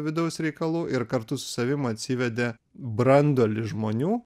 vidaus reikalų ir kartu su savim atsivedė branduolį žmonių